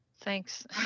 thanks